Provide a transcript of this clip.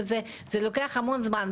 נמשכת המון זמן,